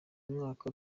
mwaka